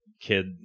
kid